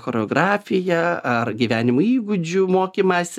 choreografiją ar gyvenimo įgūdžių mokymąsi